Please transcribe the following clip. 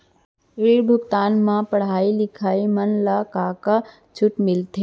ऋण भुगतान म पढ़इया लइका मन ला का का छूट मिलथे?